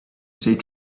said